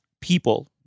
people